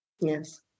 Yes